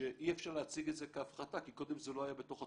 שאי אפשר להציג את זה כהפחתה כי קודם זה לא היה בתוך התחולה.